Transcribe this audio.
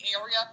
area